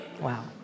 Wow